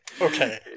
okay